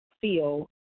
feel